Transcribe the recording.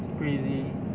squeeze